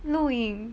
lu ying